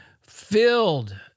filled